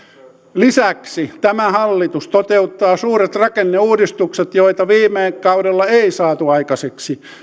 lisäksi tämä hallitus toteuttaa suuret rakenneuudistukset joita viime kaudella ei saatu aikaiseksi